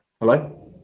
Hello